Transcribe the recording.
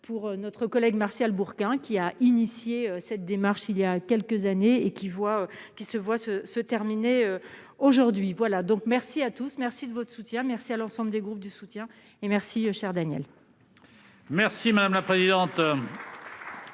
pour notre collègue Martial Bourquin, qui a initié cette démarche, il y a quelques années et qui voit qui se voit se se terminer aujourd'hui voilà donc merci à tous, merci de votre soutien merci à l'ensemble des groupes du soutien et merci, cher Daniel. Merci madame la présidente.